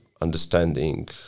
understanding